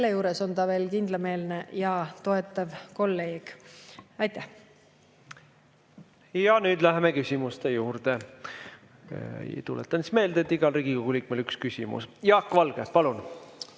selle juures on ta veel kindlameelne ja toetav kolleeg. Aitäh! Nüüd läheme küsimuste juurde. Tuletan meelde, et igal Riigikogu liikmel on üks küsimus. Jaak Valge, palun!